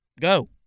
Go